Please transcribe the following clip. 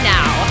now